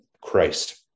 Christ